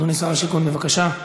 אדוני שר השיכון, בבקשה.